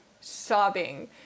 sobbing